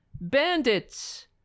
Bandits